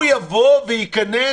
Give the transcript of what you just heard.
הוא יבוא וייכנס?